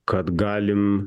kad galim